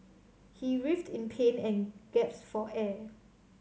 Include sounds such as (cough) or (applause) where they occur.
he writhed in pain and (unintelligible) for air